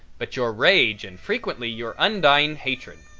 but your rage and frequently your undying hatred.